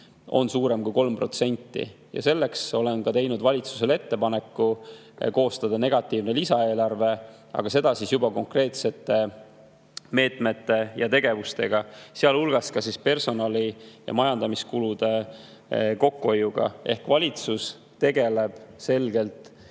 on suurem kui 3%. Seega olen teinud valitsusele ettepaneku koostada negatiivne lisaeelarve, seda juba konkreetsete meetmete ja tegevustega, sealhulgas personali‑ ja majandamiskulude kokkuhoiuga. Ehk valitsus tegeleb selgelt